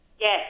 yes